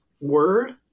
word